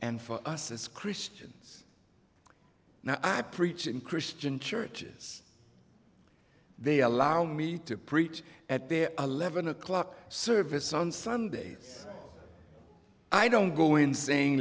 and for us as christians now i preach in christian churches they allow me to preach at their eleven o'clock service on sundays i don't go in